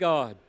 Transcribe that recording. God